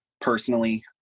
personally